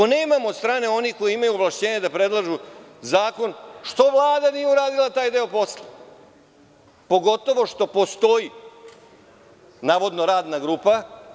Ako nemamo od strane onih koji imaju ovlašćenja da predlažu zakon, zašto Vlada nije uradila taj deo posla, pogotovo što postoji, navodno radna grupa…